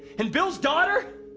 and bill's daughter,